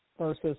versus